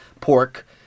pork